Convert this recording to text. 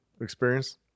experience